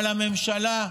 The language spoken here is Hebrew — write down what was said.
על הממשלה,